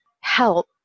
help